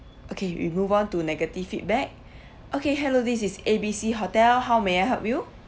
okay we move on to negative feedback okay hello this is A B C hotel how may I help you